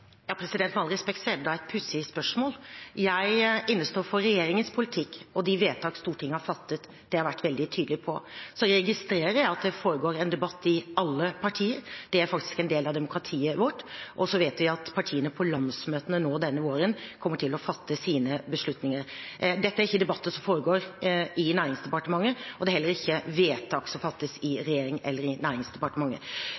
Med all respekt – dette er da et pussig spørsmål. Jeg innestår for regjeringens politikk og de vedtak Stortinget har fattet. Det har jeg vært veldig tydelig på. Så registrerer jeg at det foregår en debatt i alle partier – det er faktisk en del av demokratiet vårt – og så vet vi at partiene på landsmøtene nå denne våren kommer til å fatte sine beslutninger. Dette er ikke debatter som foregår i Næringsdepartementet, og det er heller ikke vedtak som fattes i